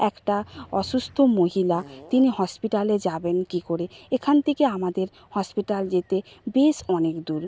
একটা অসুস্থ মহিলা তিনি হসপিটালে যাবেন কী করে এখান থেকে আমাদের হসপিটাল যেতে বেশ অনেক দূর